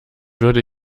würde